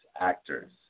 actors